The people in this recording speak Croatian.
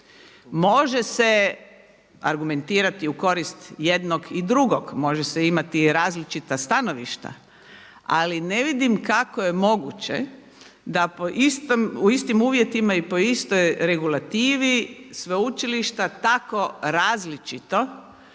Može se argumentirati u korist jednog i drugog, može se imati i različita stanovišta ali ne vidim kako je moguće da u istim uvjetima i po istoj regulativi sveučilišta tako različito